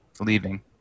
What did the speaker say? leaving